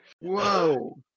Whoa